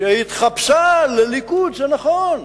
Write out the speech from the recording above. שהתחפשה לליכוד, זה נכון.